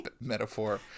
metaphor